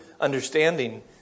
understanding